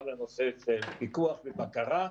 גם לנושא של פיקוח ובקרה.